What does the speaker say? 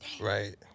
Right